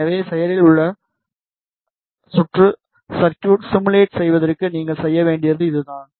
எனவே செயலில் உள்ள சுற்று சர்குய்ட் சிமுலேட் செய்வதற்கு நீங்கள் செய்ய வேண்டியது இதுதான்